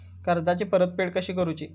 कर्जाची परतफेड कशी करूची?